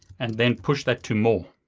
and then push that to more.